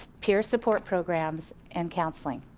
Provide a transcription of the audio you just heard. peer support programs, and counseling.